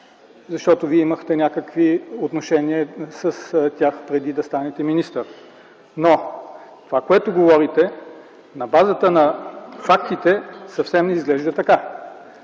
защото Вие имахте някакви отношения с тях преди да станете министър. Но това, което говорите, на базата на фактите, съвсем не изглежда така.